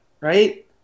right